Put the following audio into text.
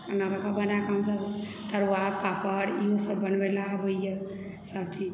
एना कए कऽ बना कऽ हमसभ तरुआ पापड़ इहोसभ बनबय लेल आबैए सभचीज